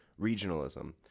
Regionalism